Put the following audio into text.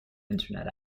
internet